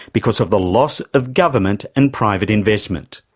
because of the loss of government and private investment.